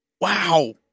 Wow